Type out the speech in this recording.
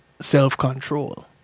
self-control